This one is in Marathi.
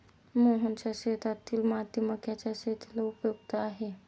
मोहनच्या शेतातील माती मक्याच्या शेतीला उपयुक्त आहे